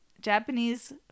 Japanese